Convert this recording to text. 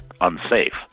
unsafe